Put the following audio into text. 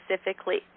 specifically